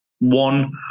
One